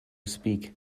speak